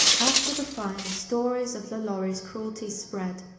after the fire, stories of lalaurie's cruelty spread.